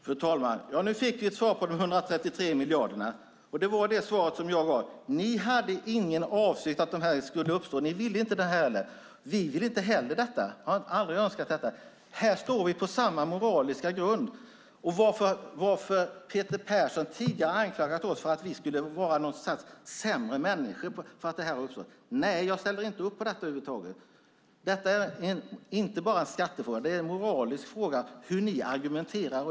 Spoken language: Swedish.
Fru talman! Ja, nu fick vi ett svar om de 133 miljarderna, och det var det svar som jag gav. Er avsikt var inte att de skulle uppstå. Ni ville inte det. Vi vill inte heller detta. Vi har aldrig önskat detta. Här står vi på samma moraliska grund. Peter Persson har tidigare anklagat oss för att vi skulle vara sämre människor för att det här har uppstått. Nej, jag ställer inte upp på det över huvud taget. Detta är inte bara en skattefråga. Det är en moralisk fråga, hur ni argumenterar.